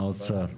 האוצר.